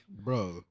Bro